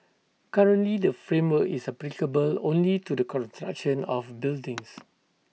currently the framework is applicable only to the construction of buildings